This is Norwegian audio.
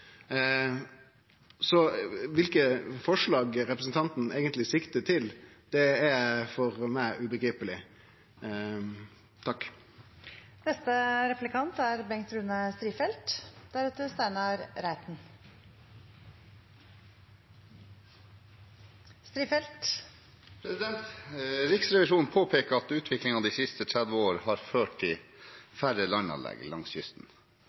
forslag representanten eigentleg siktar til, er for meg ubegripeleg. Riksrevisjonen påpeker at utviklingen de siste 30 årene har ført til færre landanlegg langs kysten,